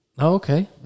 Okay